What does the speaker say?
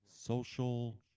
social